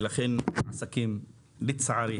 ולכן העסקים לצערי,